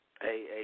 Hey